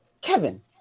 Kevin